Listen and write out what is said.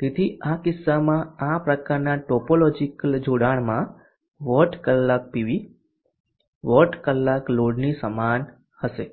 તેથી આ કિસ્સામાં આ પ્રકારના ટોપોલોજીકલ જોડાણમાં વોટ કલાક પીવી વોટ કલાક લોડની સમાન હશે